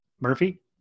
Murphy